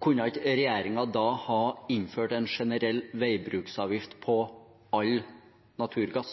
kunne ikke regjeringen da ha innført en generell veibruksavgift på all naturgass?